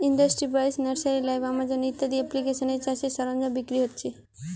industry বাইশ, nursery live, Amazon ইত্যাদি এপ্লিকেশানে চাষের সরঞ্জাম বিক্রি হচ্ছে